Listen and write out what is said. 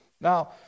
Now